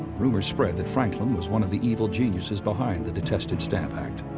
rumors spread that franklin was one of the evil geniuses behind the detested stamp act.